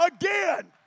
again